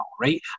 right